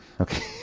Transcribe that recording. Okay